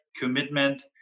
commitment